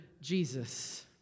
Jesus